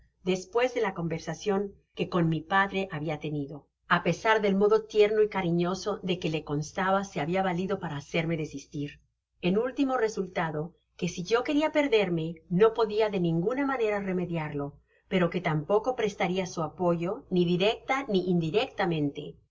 despues de la conversacion que con mi padre habia tenido á pesar del modo tierno y cariñoso de que le constaba se habia valido para hacerme desistir en último resultado que si yo queria perderme no pedia de ninguna manera remediarlo pero que tampoco prestaria su apoyo ni directa ni indirectamente